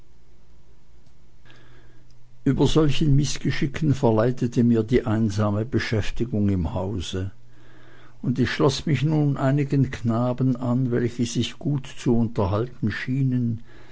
über solchen mißgeschicken verleidete mir die einsame beschäftigung im hause und ich schloß mich nun einigen knaben an welche sich gut zu unterhalten schienen